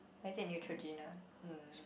or is it Neutrogena mm